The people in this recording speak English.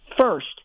First